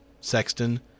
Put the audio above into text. Sexton